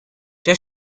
der